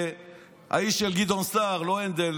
האיש של גדעון סער, לא הנדל,